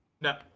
No